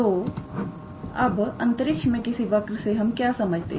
तोअब अंतरिक्ष में किसी वर्क से हम क्या समझते हैं